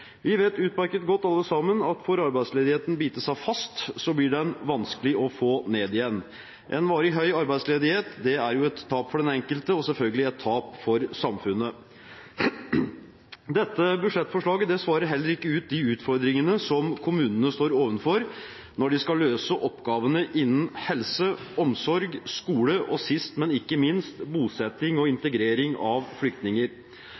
Vi vet utmerket godt alle sammen at får arbeidsledigheten bite seg fast, blir den vanskelig å få ned igjen. En varig høy arbeidsledighet er et tap for den enkelte og selvfølgelig et tap for samfunnet. Dette budsjettforslaget svarer heller ikke på de utfordringene som kommunene står overfor når de skal løse oppgavene innen helse, omsorg, skole og sist, men ikke minst, bosetting og integrering av flyktninger.